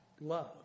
love